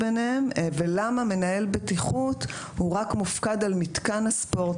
ולמה מנהל בטיחות הוא רק מופקד על מתקן הספורט